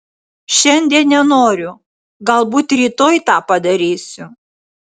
šiandien nenoriu galbūt rytoj tą padarysiu